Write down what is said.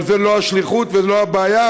אבל זו לא השליחות ולא הבעיה,